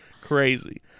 crazy